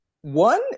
One